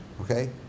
Okay